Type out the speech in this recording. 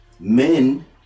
Men